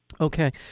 Okay